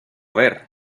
ver